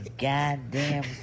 goddamn